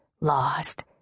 lost